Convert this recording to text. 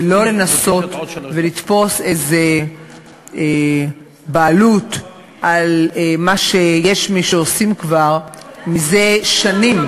ולא לנסות ולתפוס איזו בעלות על מה שיש מי שעושים כבר מזה שנים,